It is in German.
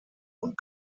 und